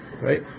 Right